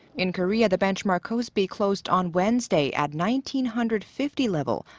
in korea. the benchmark kospi closed on wednesday at nineteen hundred fifty level,